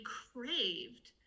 craved